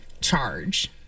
charge